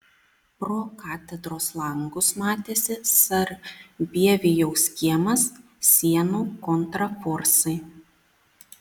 pro katedros langus matėsi sarbievijaus kiemas sienų kontraforsai